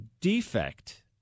defect